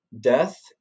death